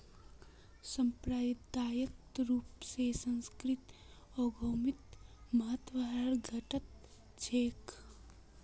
सांप्रदायिक रूप स सांस्कृतिक उद्यमितार महत्व हर जघट छेक